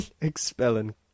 expelling